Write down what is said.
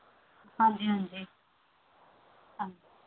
ਹਾਂਜੀ ਹਾਂਜੀ